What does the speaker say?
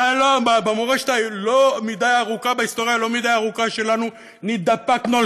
שבהיסטוריה הלא-מדי ארוכה שלנו התדפקנו על